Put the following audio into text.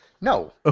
No